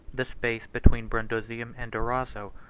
the space between brundusium and durazzo,